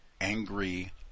angry